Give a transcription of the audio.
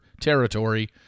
territory